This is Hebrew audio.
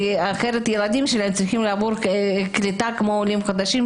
כי הילדים שלהם צריכים לחזור קליטה כמו עולים חדשים,